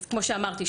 אז כמו שאמרתי,